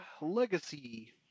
legacy